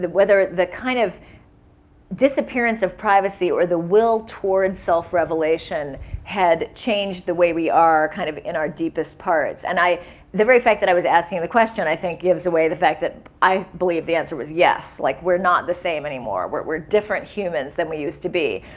whether the kind of disappearance of privacy or the will towards self-revelation had changed the way we are kind of in our deepest parts. and the very fact that i was asking the question i think gives away the fact that i believe the answer was yes. like, we're not the same anymore. we're different humans than we used to be.